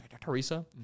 Teresa